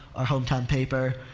our hometown paper.